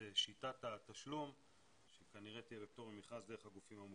שיטת התשלום שכנראה תהיה בפטור ממכרז דרך הגופים המוכרים.